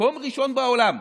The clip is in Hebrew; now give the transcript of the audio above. מקום ראשון בעולם.